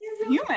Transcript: human